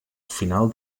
final